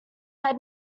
head